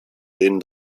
denen